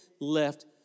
left